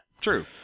True